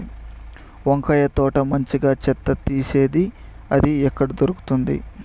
వంకాయ తోట మంచిగా చెత్త తీసేది ఏది? అది ఎక్కడ దొరుకుతుంది?